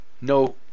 no